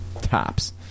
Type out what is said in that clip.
tops